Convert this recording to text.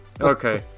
Okay